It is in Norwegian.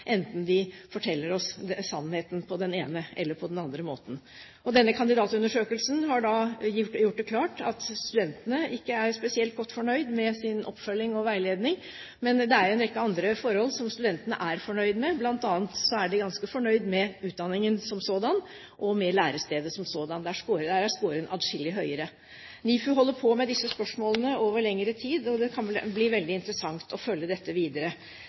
enten de forteller oss sannheten på den ene eller på den andre måten. Og denne kandidatundersøkelsen har da gjort det klart at studentene ikke er spesielt godt fornøyd med sin oppfølging og veiledning. Men det er en rekke andre forhold studentene er fornøyd med, bl.a. er de ganske fornøyd med utdanningen som sådan og med lærestedet som sådant. Der er scoren atskillig høyere. NIFU holder på med disse spørsmålene over lengre tid, og det kan bli veldig interessant å følge dette videre.